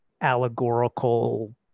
allegorical